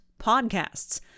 podcasts